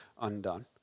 undone